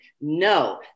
No